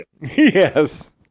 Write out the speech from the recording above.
Yes